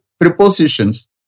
prepositions